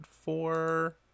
four